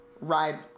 ride